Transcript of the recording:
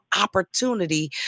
opportunity